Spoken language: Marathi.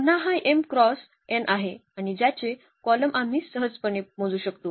पुन्हा हा m क्रॉस n आहे आणि ज्याचे कॉलम आम्ही सहजपणे मोजू शकतो